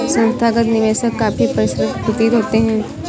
संस्थागत निवेशक काफी परिष्कृत प्रतीत होते हैं